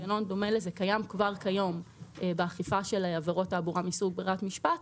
תקנון דומה לזה קיים כבר כיום באכיפה של עבירות תעבורה מסוג ברירת משפט.